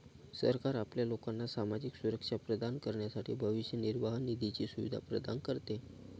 सरकार आपल्या लोकांना सामाजिक सुरक्षा प्रदान करण्यासाठी भविष्य निर्वाह निधीची सुविधा प्रदान करते